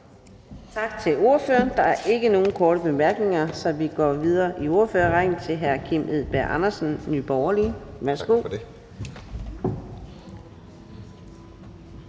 Tak til ordføreren. Der er ikke nogen korte bemærkninger, så vi går videre i ordførerrækken til fru Eva Kjer Hansen fra Venstre. Værsgo. Kl.